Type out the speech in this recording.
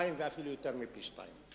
פי-שניים ואפילו יותר מפי-שניים.